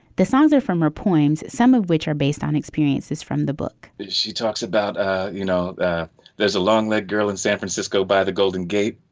the songs are from her poems some of which are based on experiences from the book she talks about you know there's a long dead like girl in san francisco by the golden gate.